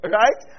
right